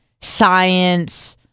science